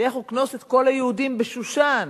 לך וכנוס את כל היהודים בשושן